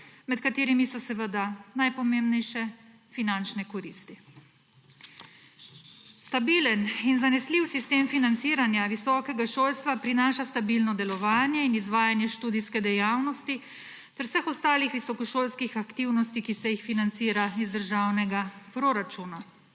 med katerimi so seveda najpomembnejše finančne koristi. Stabilen in zanesljiv sistem financiranja visokega šolstva prinaša stabilno delovanje in izvajanje študijske dejavnosti ter vseh ostalih visokošolskih aktivnosti, ki se financirajo iz državnega proračuna.